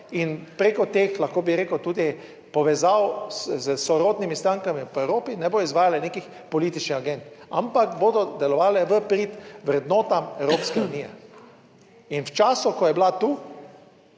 in preko teh, lahko bi rekel tudi povezav s sorodnimi strankami v Evropi, ne bodo izvajale nekih političnih agend, ampak bodo delovale v prid vrednotam Evropske unije in v času, ko je bila tu,